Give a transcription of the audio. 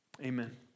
Amen